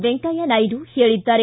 ವೆಂಕಯ್ಟ ನಾಯ್ದು ಹೇಳಿದ್ದಾರೆ